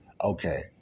Okay